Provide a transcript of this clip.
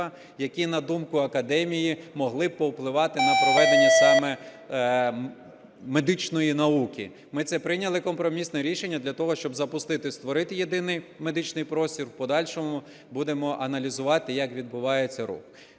які, на думку академії, могли б повпливати на проведення саме медичної науки. Ми це прийняли компромісне рішення для того, щоб запустити створити єдиний медичний простір, у подальшому будемо аналізувати, як відбувається рух.